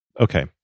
Okay